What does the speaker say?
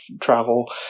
travel